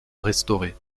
restauré